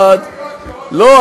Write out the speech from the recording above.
לא,